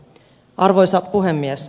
arvoisa puhemies